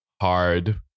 hard